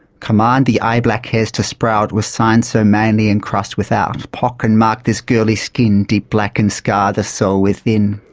command the eye black hairs to sprout with signs so manly and crossed without pock and mark this girly skin deep black and scar the soul within.